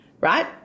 right